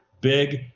big